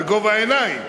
בגובה העיניים,